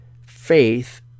faith